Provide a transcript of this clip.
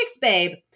babe